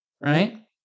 right